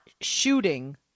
shooting